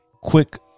Quick